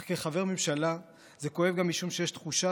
אך כחבר ממשלה זה כואב גם משום שיש תחושה